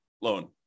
loan